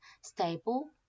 stable